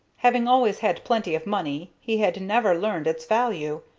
having always had plenty of money, he had never learned its value,